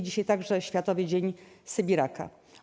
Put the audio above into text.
Dzisiaj także Światowy Dzień Sybiraka.